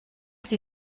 sie